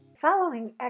following